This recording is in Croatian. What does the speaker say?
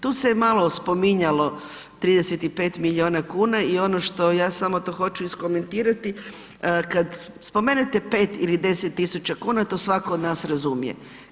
Tu se malo spominjalo 35 milijuna kuna i ono što ja samo to hoću iskomentirati, kad spomenete 5 ili 10 tisuća kuna, to svatko od nas razumije.